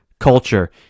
Culture